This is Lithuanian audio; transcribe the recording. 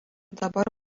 dabar